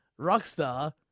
Rockstar